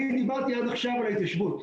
אני דיברתי עד עכשיו על ההתיישבות.